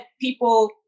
people